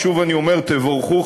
ושוב אני אומר: תבורכו,